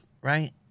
right